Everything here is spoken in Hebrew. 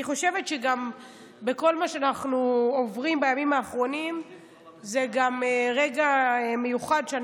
אני גם חושבת שבכל מה שאנחנו עוברים בימים האחרונים זה גם רגע מיוחד,